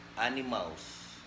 animals